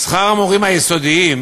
שכר המורים היסודיים